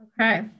Okay